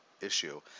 issue